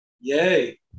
yay